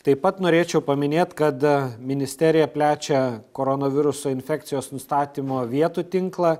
taip pat norėčiau paminėt kad ministerija plečia koronaviruso infekcijos nustatymo vietų tinklą